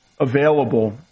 available